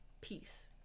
peace